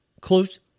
close